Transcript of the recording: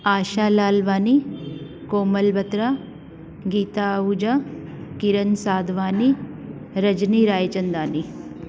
Asha Lalwani Komal Batra Geeta Ahuja Kiran Sadhwani Rajni Raichandani